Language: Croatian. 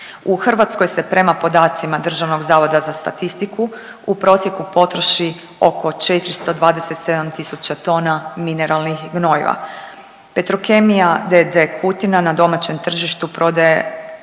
U Hrvatskoj se prema podacima DZS-a u prosjeku potroši oko 427 tisuća tona mineralnih gnojiva. Petrokemija d.d. Kutina na domaćem tržištu prodaje